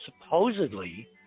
supposedly